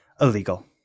illegal